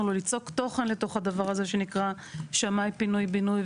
ליצוק תוכן לתוך הדבר הזה שנקרא שמאי פינוי בינוי,